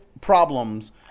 problems